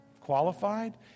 qualified